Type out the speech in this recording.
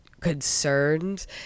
concerned